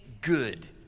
good